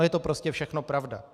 Je to prostě všechno pravda.